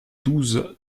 douze